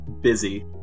Busy